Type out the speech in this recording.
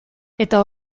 eta